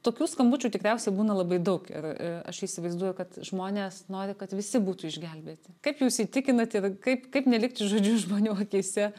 tokių skambučių tikriausiai būna labai daug ir a aš įsivaizduoju kad žmonės nori kad visi būtų išgelbėti kaip jūs įtikinat ir kaip kaip nelikt žodžiu žmonių akyse